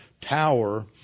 tower